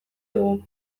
dugu